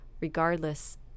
regardless